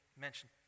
mention